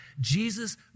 Jesus